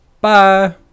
Bye